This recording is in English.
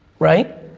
right?